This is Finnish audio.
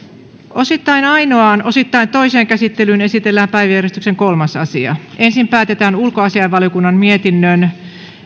osittain ainoaan osittain toiseen käsittelyyn esitellään päiväjärjestyksen kolmas asia ensin päätetään ulkoasiainvaliokunnan mietinnön